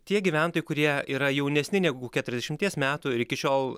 tie gyventojai kurie yra jaunesni negu keturiasdešimties metų ir iki šiol